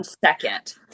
second